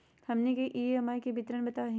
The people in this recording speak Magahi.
हमनी के ई.एम.आई के विवरण बताही हो?